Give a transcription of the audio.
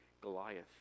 Goliath